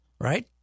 Right